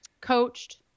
coached